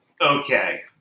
Okay